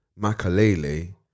Makalele